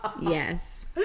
yes